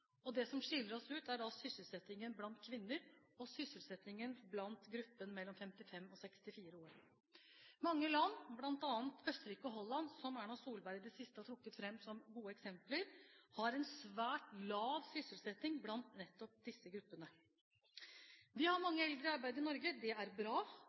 Det som skiller oss ut, er sysselsettingen blant kvinner og sysselsettingen i gruppen 55–64 år. Mange land, bl.a. Østerrike og Holland, som Erna Solberg i det siste har trukket fram som gode eksempler, har en svært lav sysselsetting i nettopp disse gruppene. Vi har mange eldre i arbeid i Norge – det er bra.